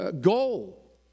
goal